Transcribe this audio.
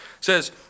says